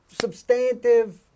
substantive